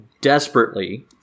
desperately